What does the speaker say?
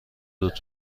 رتبه